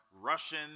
Russian